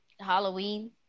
Halloween